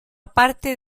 parte